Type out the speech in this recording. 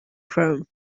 chrome